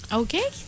okay